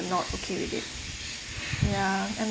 not okay with it ya and